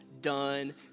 done